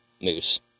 moose